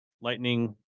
Lightning